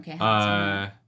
Okay